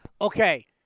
Okay